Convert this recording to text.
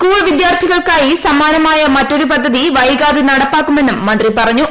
school വിദ്യാർത്ഥികൾക്കായി സമാനമായ മറ്റൊരു പദ്ധതി വൈകാതെ നടപ്പാക്കുമെന്നും മന്ത്രി പറഞ്ഞു